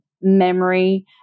memory